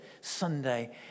Sunday